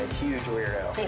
huge weirdo.